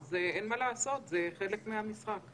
אין מה לעשות, זה חלק מהמשחק.